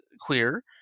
queer